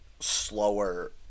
Slower